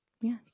Yes